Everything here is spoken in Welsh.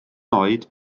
oed